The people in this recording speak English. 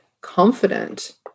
confident